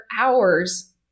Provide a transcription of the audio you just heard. hours